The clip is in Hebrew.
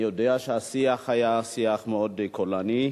אני יודע שהשיח היה שיח מאוד קולני.